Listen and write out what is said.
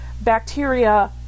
bacteria